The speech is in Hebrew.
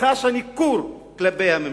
שחשה ניכור כלפי הממשלה?